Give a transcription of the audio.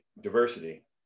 Diversity